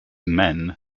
men